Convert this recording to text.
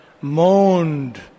moaned